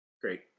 Great